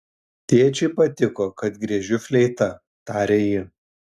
tėčiui patiko kad griežiu fleita tarė ji